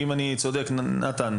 נתן,